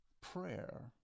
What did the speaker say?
prayer